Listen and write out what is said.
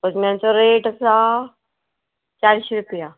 सजन्याचो rate आसा चारशी रुपया